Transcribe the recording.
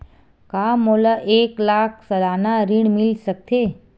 का मोला एक लाख सालाना ऋण मिल सकथे?